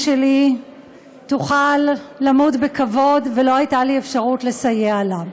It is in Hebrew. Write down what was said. שלי תוכל למות בכבוד ולא הייתה לי אפשרות לסייע לה.